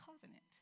covenant